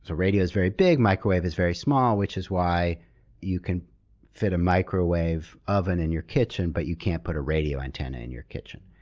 so radio is very big, microwave is very small, which is why you can fit a microwave oven in your kitchen but you can't put a radio antenna in your kitchen.